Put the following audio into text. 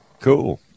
Cool